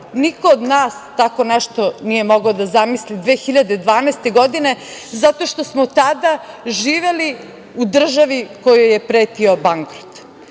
Niko od nas tako nešto nije mogao da zamisli 2012. godine, zato što smo tada živeli u državi kojoj je pretio bankrot. Kako